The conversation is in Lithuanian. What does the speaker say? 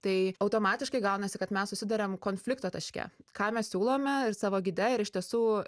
tai automatiškai gaunasi kad mes susiduriam konflikto taške ką mes siūlome ir savo gide ir iš tiesų